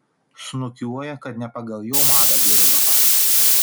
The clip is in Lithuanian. snukiuoja kad ne pagal jo madą dirbama